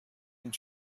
den